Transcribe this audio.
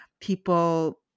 people